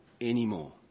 anymore